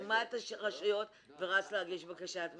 רימה את הרשויות ורץ להגיש בקשת מקלט.